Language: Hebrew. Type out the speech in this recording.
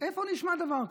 איפה נשמע דבר כזה?